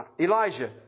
Elijah